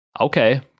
Okay